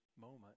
moment